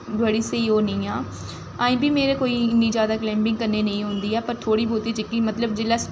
बड़ा स्हेई होन्नी आं अज्जें बी कोई उन्नी जैदा कलाईंबिंग करने नेईं औंदी ऐ पर थोह्ड़ी बौह्ती जिसलै